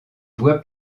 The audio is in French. voie